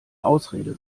ausrede